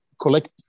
collect